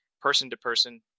person-to-person